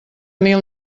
mil